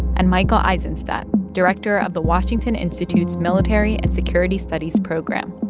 and michael eisenstadt, director of the washington institute's military and security studies program.